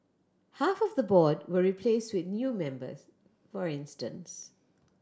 half of the board were replaced with new members for instance